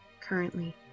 currently